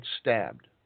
stabbed